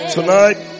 Tonight